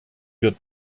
wir